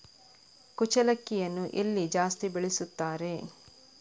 ಕುಚ್ಚಲಕ್ಕಿಯನ್ನು ಎಲ್ಲಿ ಜಾಸ್ತಿ ಬೆಳೆಸುತ್ತಾರೆ?